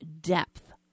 depth